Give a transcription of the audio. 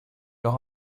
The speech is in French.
leur